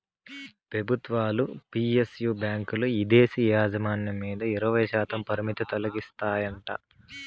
పెబుత్వాలు పి.ఎస్.యు బాంకీల్ల ఇదేశీ యాజమాన్యం మీద ఇరవైశాతం పరిమితి తొలగిస్తాయంట